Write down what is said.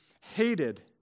hated